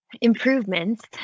improvements